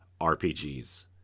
RPGs